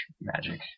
magic